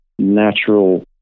natural